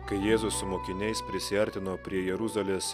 kai jėzus su mokiniais prisiartino prie jeruzalės